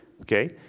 okay